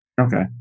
Okay